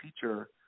feature